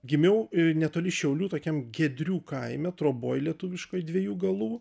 gimiau netoli šiaulių tokiam giedrių kaime troboj lietuviškoj dviejų galų